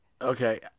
Okay